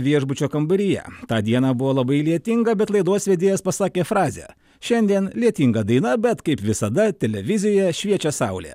viešbučio kambaryje tą dieną buvo labai lietinga bet laidos vedėjas pasakė frazę šiandien lietinga daina bet kaip visada televizijoje šviečia saulė